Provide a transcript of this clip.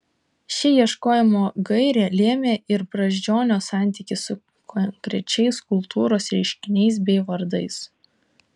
ši ieškojimo gairė lėmė ir brazdžionio santykį su konkrečiais kultūros reiškiniais bei vardais